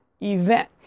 event